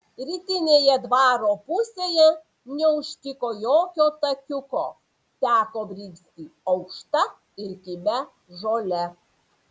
rytinėje dvaro pusėje neužtiko jokio takiuko teko bristi aukšta ir kibia žole